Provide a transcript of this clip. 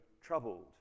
troubled